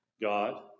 God